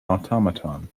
automaton